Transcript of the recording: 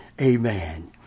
Amen